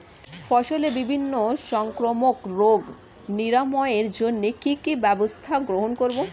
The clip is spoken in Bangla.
ফসলের বিভিন্ন সংক্রামক রোগ নিরাময়ের জন্য কি কি ব্যবস্থা গ্রহণ করব?